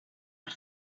per